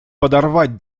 подорвать